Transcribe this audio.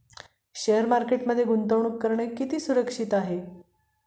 Share मार्केटमध्ये गुंतवणूक करणे किती सुरक्षित आहे?